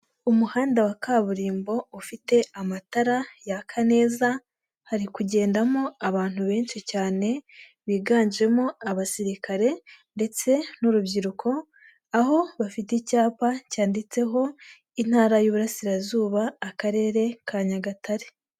Umuhanda wa kaburimbo ufite amatara yaka neza hari kugendamo abantu benshi cyane biganjemo abasirikare ndetse n'urubyiruko, aho bafite icyapa cyanditseho intara y'iburasirazuba akarere ka Nyagatare.